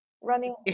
running